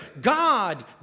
God